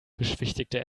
beschwichtigte